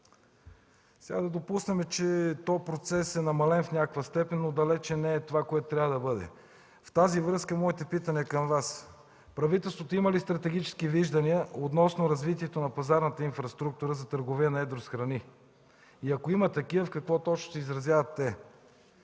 Да допуснем, че този процес е намален в някаква степен, но далеч не е това, което трябва да бъде. В тази връзка моето питане към Вас е: правителството има ли стратегически виждания относно развитието на пазарната инфраструктура за търговия на едро с храни. И ако има такива, в какво точно се изразяват те: